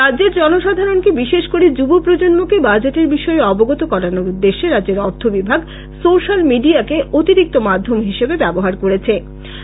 রাজ্যের জনসাধারণকে বিশেষ করে যুব প্রজন্মকে বাজেটের বিষয়ে অবগত করানোর উদ্দেশ্যে রাজ্যের অর্থ বিভাগ সোসিয়েল মিডিয়াকে অতিরিক্ত মাধ্যম হিসেবে ব্যবহার করেছে